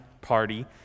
party